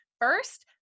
First